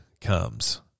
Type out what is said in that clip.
comes